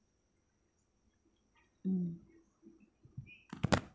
mm